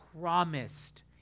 promised